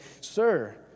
Sir